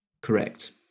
Correct